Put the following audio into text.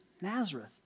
Nazareth